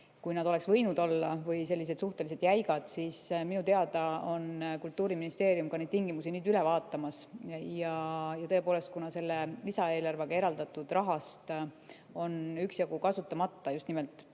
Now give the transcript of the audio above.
kui nad oleks võinud olla, või sellised suhteliselt jäigad, siis minu teada on Kultuuriministeerium ka neid tingimusi nüüd üle vaatamas. Ja tõepoolest, kuna selle lisaeelarvega eraldatud rahast on üksjagu kasutamata, just nimelt